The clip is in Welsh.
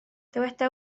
dyweda